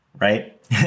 Right